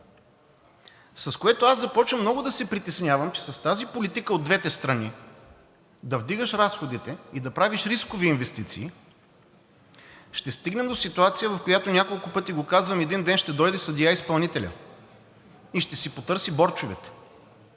с което аз започвам много да се притеснявам, че с тази политика от двете страни да вдигаш разходите и да правиш рискови инвестиции, ще стигнем до ситуация – няколко пъти го казвам, в която един ден ще дойде съдия-изпълнителят и ще си потърси борчовете.